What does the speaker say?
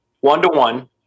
one-to-one